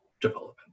development